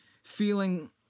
Feeling